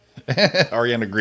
Ariana